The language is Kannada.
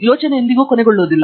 ಯೋಚನೆ ಎಂದಿಗೂ ಕೊನೆಗೊಳ್ಳುವುದಿಲ್ಲ